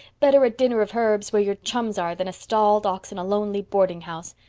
better a dinner of herbs where your chums are than a stalled ox in a lonely boardinghouse.